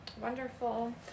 wonderful